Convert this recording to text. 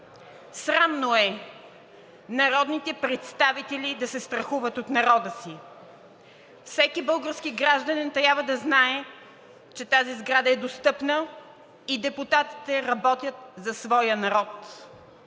Срамно е народните представители да се страхуват от народа си! Всеки български гражданин трябва да знае, че тази сграда е достъпна и депутатите работят за своя народ.